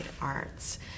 arts